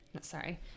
Sorry